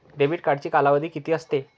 Debit कार्डचा कालावधी किती असतो?